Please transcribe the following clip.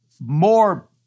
more